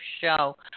show